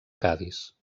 cadis